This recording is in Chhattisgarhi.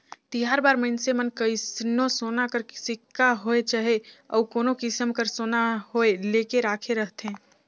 तिहार बार मइनसे मन कइसनो सोना कर सिक्का होए चहे अउ कोनो किसिम कर सोना होए लेके राखे रहथें